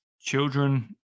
children